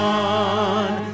one